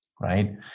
right